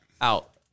Out